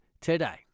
today